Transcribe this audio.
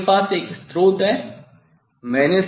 यहाँ मेरे पास एक स्रोत है